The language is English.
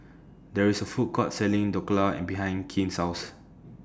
There IS A Food Court Selling Dhokla and behind Quint's House